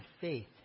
faith